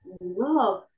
love